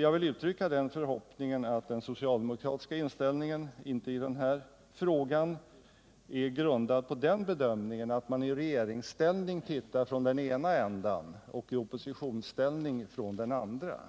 Jag vill uttrycka den förhoppningen att den socialdemokratiska inställningen i den här frågan inte är grundad på bedömningen att man i regeringsställning tittar från den ena änden och i oppositionsställning från den andra,